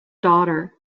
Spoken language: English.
daughter